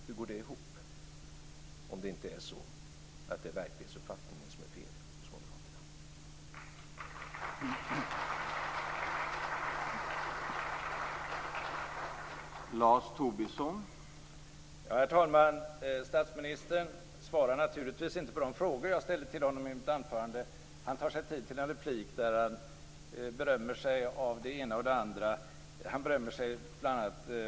Hur går det ihop, om det inte är så att det är verklighetsuppfattningen som är fel hos moderaterna?